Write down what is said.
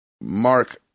Mark